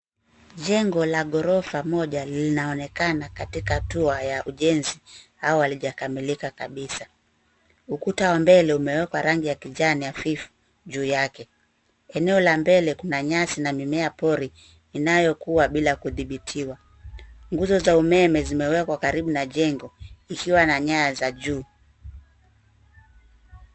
Jengo la ghorofa moja linaonekana katika hatua ya ujenzi au halijakamilika kabisa. Ukuta wa mbele umewekwa rangi ya kijani hafifu juu yake. Eneo la mbele kuna nyasi na mimea pori inayokuwa bila kudhibitiwa. Nguzo za umeme zimewekwa karibu na jengo, ikiwa na nyaya za juu.